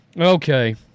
Okay